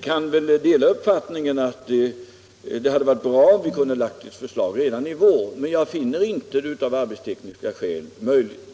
kan dela uppfattningen att det hade varit bra om vi hade kunnat lägga fram ett förslag redan i vår, men av arbetstekniska skäl finner jag det inte vara möjligt.